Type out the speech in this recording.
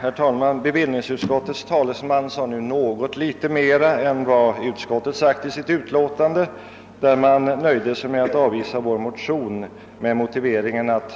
Herr talman! Bevillningsutskottets talesman hade nu något mer att anföra än vad utskottet gjort i sitt utlåtande, där man nöjt sig med att avstyrka vår motion under den motiveringen att